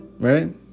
Right